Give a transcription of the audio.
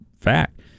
fact